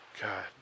God